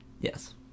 Yes